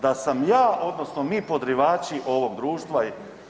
da sam ja odnosno mi podrivači ovoga društva.